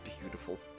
beautiful